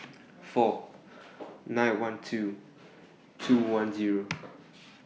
four nine one two two one Zero